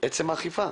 עצם האכיפה,